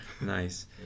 Nice